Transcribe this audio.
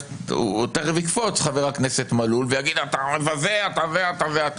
תכף יקפוץ חבר הכנסת מלול ויגיד: אתה מבזה וכו'.